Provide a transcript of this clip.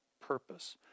purpose